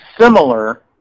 similar